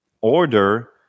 order